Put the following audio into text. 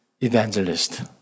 evangelist